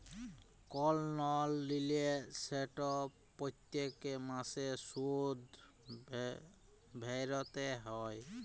call লল লিলে সেট প্যত্তেক মাসে সুদ ভ্যইরতে হ্যয়